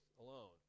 alone